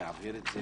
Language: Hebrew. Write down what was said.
להעביר את זה